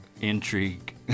intrigue